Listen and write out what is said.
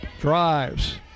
Drives